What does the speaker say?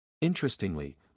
Interestingly